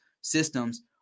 systems